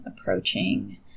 approaching